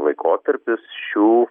laikotarpius šių